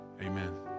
Amen